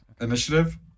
Initiative